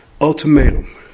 ultimatum